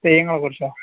തെയ്യങ്ങളെക്കുറിച്ചോ